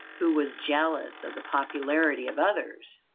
who was jealous of the popularity of others,